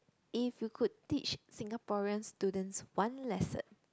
if you could teach Singaporean students one lesson